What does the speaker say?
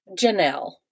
Janelle